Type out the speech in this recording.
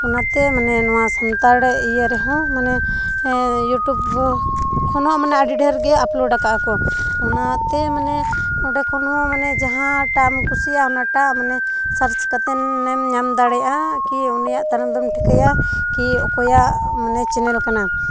ᱚᱱᱟᱛᱮ ᱢᱟᱱᱮ ᱱᱚᱣᱟ ᱥᱟᱱᱛᱟᱲ ᱤᱭᱟᱹ ᱨᱮᱦᱚᱸ ᱢᱟᱱᱮ ᱤᱭᱩᱴᱩᱵᱽ ᱠᱷᱱᱟᱜ ᱢᱟᱱᱮ ᱟᱹᱰᱤ ᱰᱷᱮᱨᱜᱮ ᱟᱯᱞᱳᱰ ᱠᱟᱜᱼᱟ ᱠᱚ ᱚᱱᱟᱛᱮ ᱢᱟᱱᱮ ᱚᱸᱰᱮ ᱠᱷᱚᱱ ᱦᱚᱸ ᱢᱟᱱᱮ ᱡᱟᱦᱟᱸ ᱴᱟᱜ ᱮᱢ ᱠᱩᱥᱤᱭᱟᱜᱼᱟ ᱚᱱᱟᱴᱟᱜ ᱢᱟᱱᱮ ᱥᱟᱨᱪ ᱠᱟᱛᱮᱱᱮᱢ ᱧᱟᱢ ᱫᱟᱲᱮᱭᱟᱜᱼᱟ ᱠᱤ ᱩᱱᱤᱭᱟᱜ ᱛᱟᱭᱱᱚᱢ ᱛᱮᱢ ᱴᱷᱤᱠᱟᱹᱭᱟ ᱠᱤ ᱚᱠᱚᱭᱟᱜ ᱢᱟᱱᱮ ᱪᱮᱱᱮᱞ ᱠᱟᱱᱟ